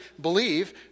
believe